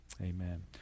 Amen